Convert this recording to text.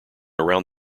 around